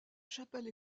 chapelle